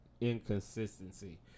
inconsistency